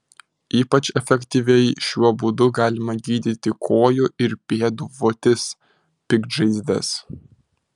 ypač efektyviai šiuo būdu galima gydyti kojų ir pėdų votis piktžaizdes